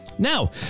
Now